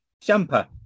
jumper